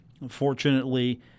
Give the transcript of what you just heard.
Unfortunately